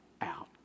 out